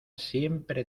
siempre